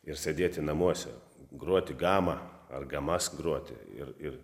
ir sėdėti namuose groti gamą ar gamas groti ir ir